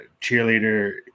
cheerleader